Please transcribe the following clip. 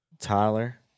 Tyler